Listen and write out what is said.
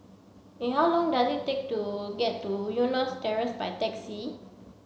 in how long does it take to get to Eunos Terrace by taxi